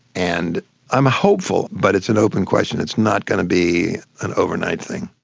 and i'm hopeful, but it's an open question, it's not going to be an overnight thing.